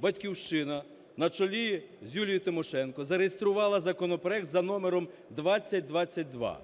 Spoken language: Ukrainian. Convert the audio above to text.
"Батьківщина" на чолі з Юлією Тимошенко зареєструвала законопроект за номером 2022.